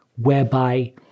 whereby